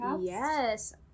Yes